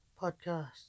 Podcast